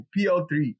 PL3